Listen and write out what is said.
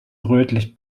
rötlich